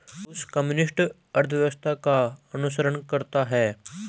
रूस कम्युनिस्ट अर्थशास्त्र का अनुसरण करता है